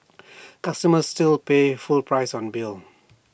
customers still pays full price on bill